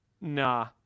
nah